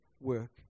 work